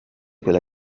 quella